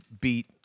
beat